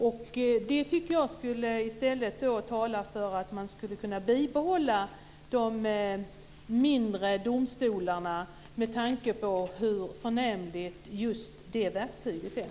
Jag tycker att det i stället talar för att man skulle kunna bibehålla de mindre domstolarna, med tanke på hur förnämligt just det verktyget är.